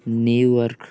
New York